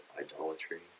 idolatry